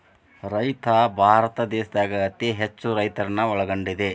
ರೈತ ಭಾರತ ದೇಶದಾಗ ಅತೇ ಹೆಚ್ಚು ರೈತರನ್ನ ಒಳಗೊಂಡಿದೆ